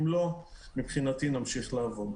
אם לא, מבחינתי נמשיך לעבוד.